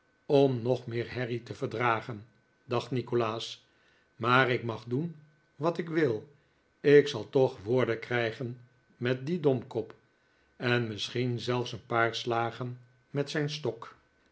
om nog meer herrie te verdragen dacht nikolaas maar ik mag doen wat ik wil ik zal toch woorden krijgen met dien domkop en misschien zelfs een paar slagen met zijn stok